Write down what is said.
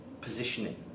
positioning